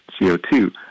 CO2